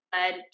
led